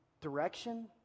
direction